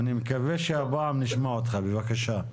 אני מקווה שהפעם נשמע אותך, בבקשה.